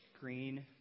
green